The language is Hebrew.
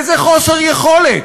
איזה חוסר יכולת.